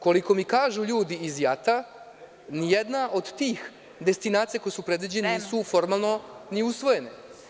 Koliko mi kažu ljudi iz JAT, nijedna od tih destinacija koje su predviđene nisu… (Predsedavajuća: Vreme.) …formalno ni usvojene.